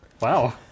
Wow